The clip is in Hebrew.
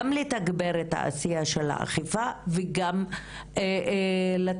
גם לתגבר את העשייה של האכיפה וגם לתת